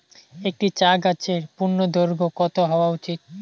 একটি চা গাছের পূর্ণদৈর্ঘ্য কত হওয়া উচিৎ?